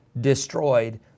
destroyed